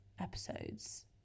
episodes